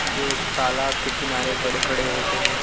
जो तालाब के किनारे बड़े बड़े होते हैं